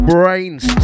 Brains